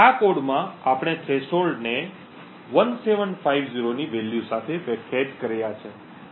આ કોડમાં આપણે થ્રેશોલ્ડ ને 1750 ની વેલ્યુ સાથે વ્યાખ્યાયિત કર્યા છે